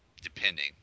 depending